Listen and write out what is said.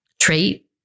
trait